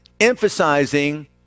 Emphasizing